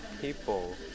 people